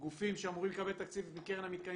גופים שאמורים לקבל תקציב מקרן המתקנים